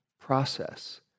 process